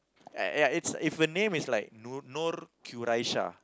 ya ya it's if a name is like Nur Nur Quraisha